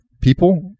people